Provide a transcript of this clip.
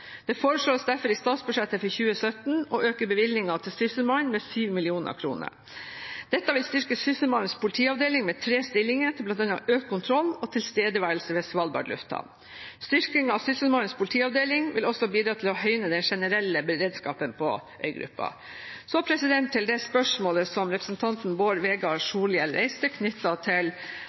Det foreslås derfor i statsbudsjettet for 2017 å øke bevilgningen til Sysselmannen med 7 mill. kr. Dette vil styrke Sysselmannens politiavdeling med tre stillinger til bl.a. økt kontroll og tilstedeværelse ved Svalbard lufthavn. Styrkingen av Sysselmannens politiavdeling vil også bidra til å høyne den generelle beredskapen på øygruppa. Så til det spørsmålet som representanten Bård Vegar Solhjell reiste knyttet til